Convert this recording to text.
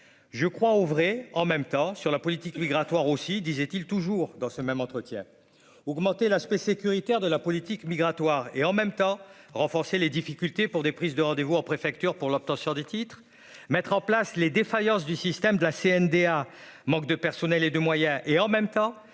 je crois, ouvrez en même temps sur la politique migratoire aussi, disait-il, toujours dans ce même entretien, augmenter l'aspect sécuritaire de la politique migratoire et en même temps, renforcer les difficultés pour des prises de rendez-vous en préfecture pour l'obtention du titre, mettre en place les défaillances du système de la CNDA manque de personnel et de moyens, et en même temps,